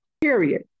period